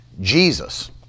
Jesus